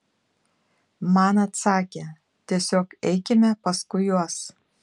man atsakė tiesiog eikime paskui juos